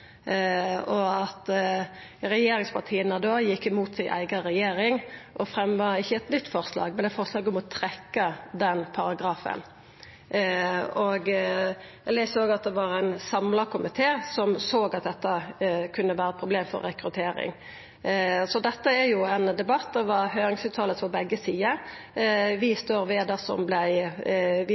og godtgjersle, og at regjeringspartia da gjekk imot si eiga regjering og ikkje fremja eit nytt forslag, men eit forslag om å trekkja den paragrafen. Eg les òg at det var ein samla komité som såg at dette kunne vera eit problem med tanke på rekruttering. Så dette er ein debatt over høyringsuttaler frå begge sider. Vi